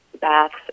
baths